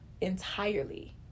entirely